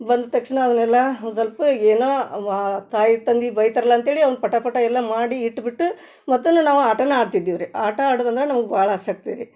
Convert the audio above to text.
ಬಂದ ತಕ್ಷಣ ಅವನ್ನೆಲ್ಲ ಒಂದು ಸಲ್ಪ ಏನೋ ಅವ್ವ ತಾಯಿ ತಂದೆ ಬೈತಾರಲ್ಲ ಅಂತ್ಹೇಳಿ ಅವ್ನ ಪಟ ಪಟ ಎಲ್ಲ ಮಾಡಿ ಇಟ್ಬಿಟ್ಟು ಮತ್ತೂ ನಾವು ಆಟನೇ ಆಡ್ತಿದ್ದೀವಿ ರೀ ಆಟ ಆಡೋದಂದ್ರೆ ನಮ್ಗೆ ಭಾಳ ಆಸಕ್ತಿ ರೀ